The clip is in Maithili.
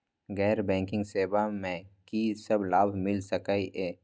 गैर बैंकिंग सेवा मैं कि सब लाभ मिल सकै ये?